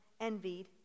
envied